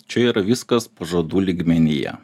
čia yra viskas pažadų lygmenyje